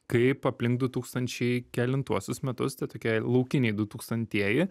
kaip aplink du tūkstančiai kelintuosius metus tai tokie laukiniai du tūkstantieji